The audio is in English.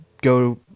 go